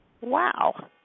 Wow